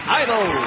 idol